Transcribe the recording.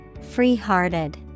free-hearted